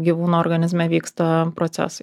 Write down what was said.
gyvūno organizme vyksta procesai